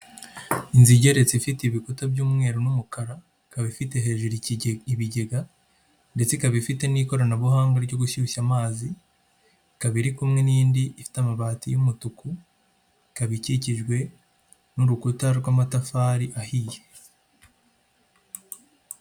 Inzu igeretse ifite ibikuta by'umweru n'umukara, ikaba ifite hejuru ibigega ndetse ikaba ifite n'ikoranabuhanga ryo gushyushya amazi, ikaba iri kumwe n'indi ifite amabati y'umutuku, ikaba ikikijwe n'urukuta rw'amatafari ahiye.